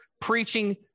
preaching